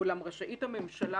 אולם רשאית הממשלה,